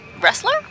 wrestler